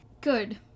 good